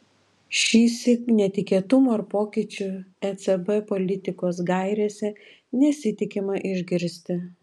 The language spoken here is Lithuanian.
šįsyk netikėtumų ar pokyčių ecb politikos gairėse nesitikima išgirsti